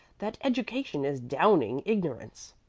that education is downing ignorance.